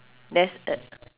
there's uh